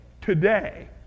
today